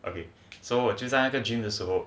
okay so 我就在那个 gym 的时候